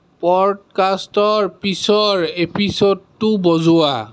পৰ্ডকাষ্টৰ পিছৰ এপিছ'ডটো বজোৱা